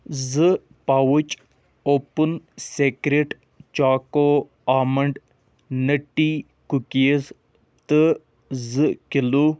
زٕ pouch open secret choco almond nutty cookies تہٕ زٕ کِلوٗ